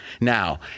Now